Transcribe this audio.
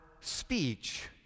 speech